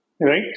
right